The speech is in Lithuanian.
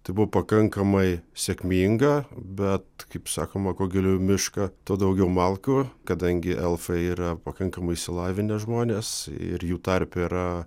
tai buvo pakankamai sėkminga bet kaip sakoma kuo giliau į mišką tuo daugiau malkų kadangi elfai yra pakankamai išsilavinę žmonės ir jų tarpe yra